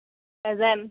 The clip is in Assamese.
পেজেন